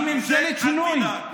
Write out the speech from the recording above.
ונבנה בגולן.